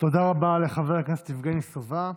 תודה רבה לחבר הכנסת יבגני סובה.